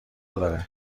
داره